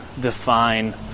define